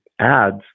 ads